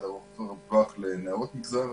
אחד ארוך טווח לנערות מהמגזר הערבי.